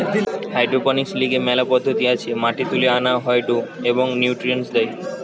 hydroponics লিগে মেলা পদ্ধতি আছে মাটি তুলে আনা হয়ঢু এবনিউট্রিয়েন্টস দেয়